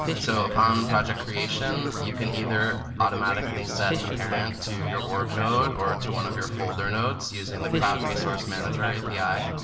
so upon project creation, you can either automatically set the parent to your org node or to one of your folder nodes using the cloud resource manager api.